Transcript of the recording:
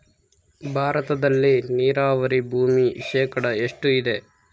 ಭಾರತದಲ್ಲಿ ನೇರಾವರಿ ಭೂಮಿ ಶೇಕಡ ಎಷ್ಟು ಇದೆ?